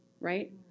right